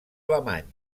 alemany